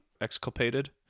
exculpated